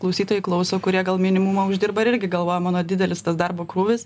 klausytojai klauso kurie gal minimumą uždirba irgi galvoj mano didelis tas darbo krūvis